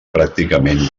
pràcticament